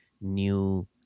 new